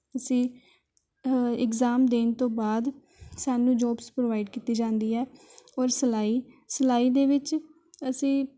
ਅਸੀਂ ਇਗਜ਼ਾਮ ਦੇਣ ਤੋਂ ਬਾਅਦ ਸਾਨੂੰ ਜੋਬਜ਼ ਪ੍ਰੋਵਾਈਡ ਕੀਤੀ ਜਾਂਦੀ ਹੈ ਔਰ ਸਿਲਾਈ ਸਿਲਾਈ ਦੇ ਵਿੱਚ ਅਸੀਂ